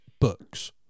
books